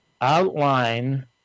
outline